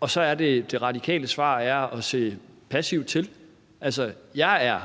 og så er det radikale svar at se passivt til. Jeg er